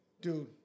Dude